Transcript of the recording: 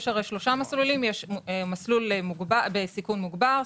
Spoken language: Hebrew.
יש הרי שלושה מסלולים: מסלול בסיכון מוגבר,